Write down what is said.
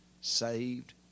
saved